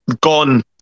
gone